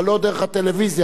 אבל לא דרך הטלוויזיה.